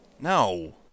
No